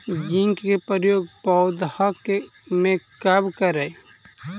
Zinc के प्रयोग पौधा मे कब करे?